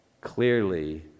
clearly